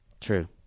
True